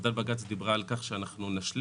החלטת בג"ץ דיברה על כך שאנחנו נשלים